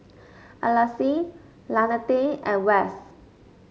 Alease Lanette and Wes